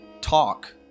talk